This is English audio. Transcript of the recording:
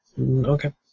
okay